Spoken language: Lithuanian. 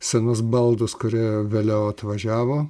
senus baldus kurie vėliau atvažiavo